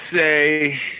say